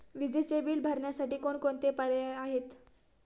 विजेचे बिल भरण्यासाठी कोणकोणते पर्याय आहेत?